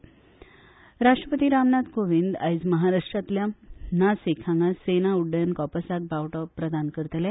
राष्ट्रपती कोविंद राष्ट्रपती रामनाथ कोविंद आयज महाराष्ट्रातल्या नासिक हांगा सेना उड्डयन कॉपर्साक बावटो प्रदान करतले